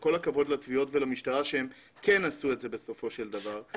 וכל הכבוד לתביעות ולמשטרה שהם כן עשו את זה בסופו של דבר,